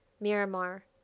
Miramar